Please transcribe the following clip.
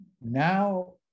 Now